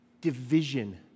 division